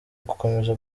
ugukomeza